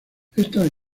estas